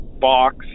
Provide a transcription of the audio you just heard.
box